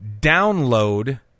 download